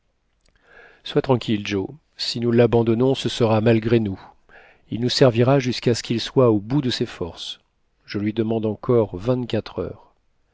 sois tranquille joe si nous l'abandonnons ce sera malgré nous il nous servira jusqu'à ce qu'il soit au bout de ses forces je lui demande encore vingt-quatre heures